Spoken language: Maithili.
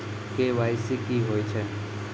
के.वाई.सी की होय छै?